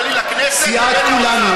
השווי שלו בין החשב הכללי לכנסת לבין האוצר?